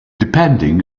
depending